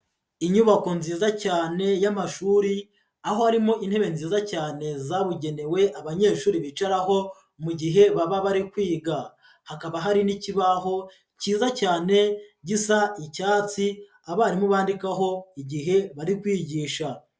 Inyubako nziza cyane y'amashuri, aho harimo intebe nziza cyane zabugenewe abanyeshuri bicaraho mu gihe baba bari kwiga, hakaba hari n'ikibaho cyiza cyane gisa icyatsi abarimu bandikaho igihe bari kwigisha.